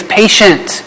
patient